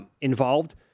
involved